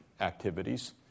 activities